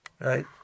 right